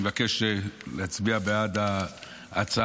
אני מבקש להצביע בעד ההצעה,